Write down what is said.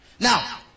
Now